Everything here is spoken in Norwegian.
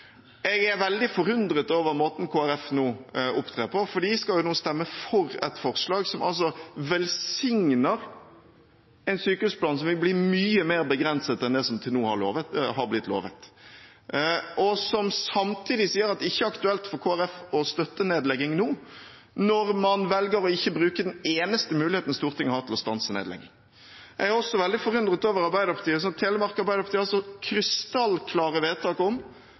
Jeg er veldig forundret over måten Kristelig Folkeparti nå opptrer på, fordi de skal stemme for et forslag som altså velsigner en sykehusplan som vil bli mye mer begrenset enn det som til nå har blitt lovt, og samtidig sier de at det ikke er aktuelt for Kristelig Folkeparti å støtte nedlegging nå, men de velger å ikke bruke den eneste muligheten Stortinget har til å stanse nedlegging. Jeg er også veldig forundret over Arbeiderpartiet. Telemark Arbeiderparti har krystallklare vedtak om